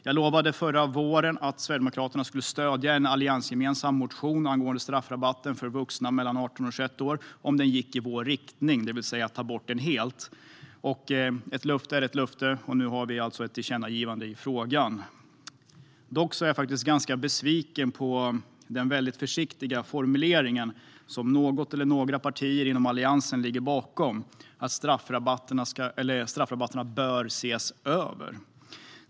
Jag lovade förra våren att Sverigedemokraterna skulle stödja en alliansgemensam motion angående straffrabatten för vuxna mellan 18 och 21 år om den gick i vår riktning, det vill säga att ta bort den helt. Ett löfte är ett löfte, och nu har vi ett tillkännagivande i frågan. Dock är jag ganska besviken på den väldigt försiktiga formulering som något eller några partier inom Alliansen ligger bakom: att straffrabatterna bör ses över.